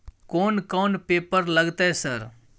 कोन कौन पेपर लगतै सर?